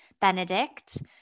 Benedict